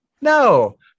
No